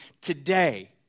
today